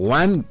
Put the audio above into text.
one